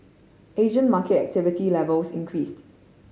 Asian market activity levels increased